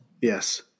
Yes